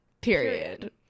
Period